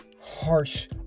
harsh